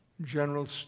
General